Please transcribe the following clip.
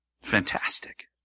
Fantastic